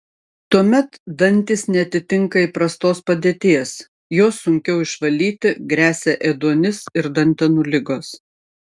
tuomet dantys neatitinka įprastos padėties juos sunkiau išvalyti gresia ėduonis ir dantenų ligos